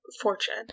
fortune